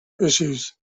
issues